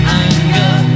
anger